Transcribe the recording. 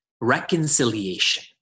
reconciliation